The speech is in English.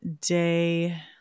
day